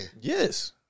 Yes